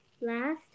last